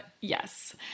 yes